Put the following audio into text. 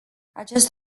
acest